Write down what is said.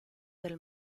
del